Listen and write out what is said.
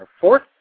fourth